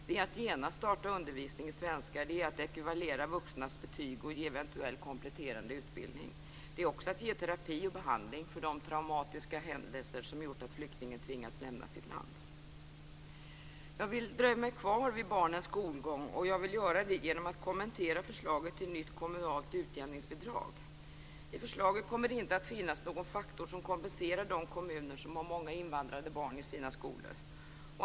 Det är att genast starta undervisning i svenska, det är att ekvivalera vuxnas betyg och ge eventuell kompletterande utbildning. Det är också att ge terapi och behandling för de traumatiska upplevelser som gjort att flyktingen tvingats lämna sitt land. Jag vill dröja mig kvar vid barnens skolgång, och jag vill göra det genom att kommentera förslaget till ett nytt kommunalt utjämningsbidrag. I förslaget kommer det inte att finnas någon faktor som kompenserar de kommuner som har många invandrade barn i sina skolor.